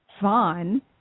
Vaughn